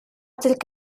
تلك